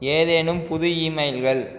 ஏதேனும் புது இமெயில்கள்